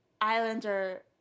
Islander